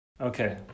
Okay